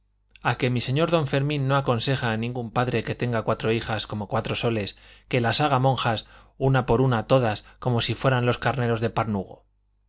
a que mi señor don fermín no aconseja a ningún padre que tenga cuatro hijas como cuatro soles que las haga monjas una por una a todas como si fueran los carneros de panurgo